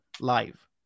live